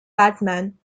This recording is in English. batman